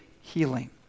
healing